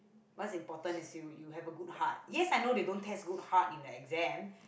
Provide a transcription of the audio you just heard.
what's important is you you have a good heart yes I know they don't test good heart in a exam